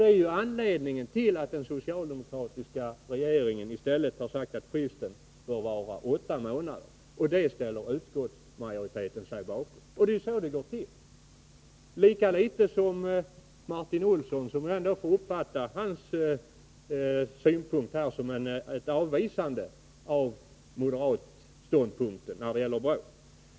Det är anledningen till att den socialdemokratiska regeringen har föreslagit att fristen skall vara 8 månader, vilket utskottsmajoriteten ställer sig bakom. Det är ju så det brukar gå till, och jag uppfattar ändå Martin Olssons synpunkter som ett avvisande av de moderata uppfattningarna när det gäller BRÅ.